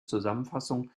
zusammenfassung